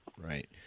Right